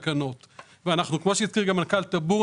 כמו שאמר מנכ"ל טמבור,